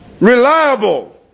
Reliable